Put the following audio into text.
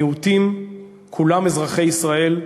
המיעוטים, כולם אזרחי ישראל.